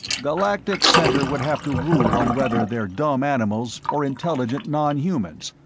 galactic center would have to rule on whether they're dumb animals or intelligent non-humans,